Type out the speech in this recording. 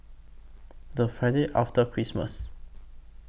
The Friday after Christmas